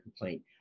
complaint